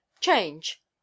Change